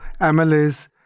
MLAs